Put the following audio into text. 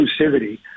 inclusivity